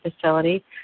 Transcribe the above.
facility